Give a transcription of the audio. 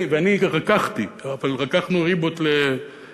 ואני רקחתי כמה פעמים, רקחנו ריבות לחג.